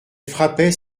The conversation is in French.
frappait